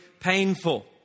painful